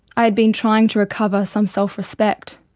i had been trying to recover some self-respect,